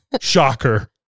shocker